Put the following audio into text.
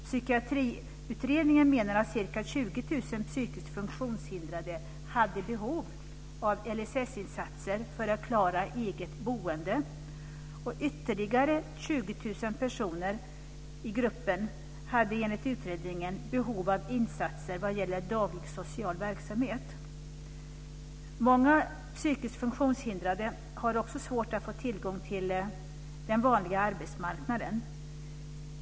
Psykiatriutredningen menade att ca 20 000 psykiskt funktionshindrade hade behov av LSS-insatser för att klara sitt eget boende. Ytterligare 20 000 personer i gruppen hade enligt utredningen behov av insatser när det gäller daglig social verksamhet. Många psykiskt funktionshindrade har också svårt att få tillgång till den vanliga arbetsmarknaden.